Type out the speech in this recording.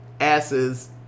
asses